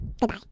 Goodbye